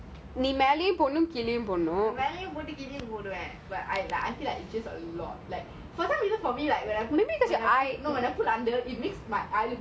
நீங்க போட நல்ல இருக்கு நான் போட பேய் மாறி இருக்கு:nenga pota nalla iruku naan pota pei maari iruku but I like it's just a lot